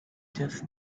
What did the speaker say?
just